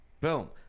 boom